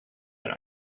than